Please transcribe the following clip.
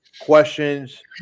questions